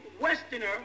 westerner